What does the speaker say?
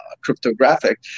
cryptographic